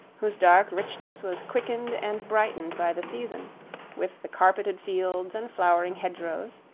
whose dark richness was quickened and brightened by the season with the carpeted fields and flowering hedgerows,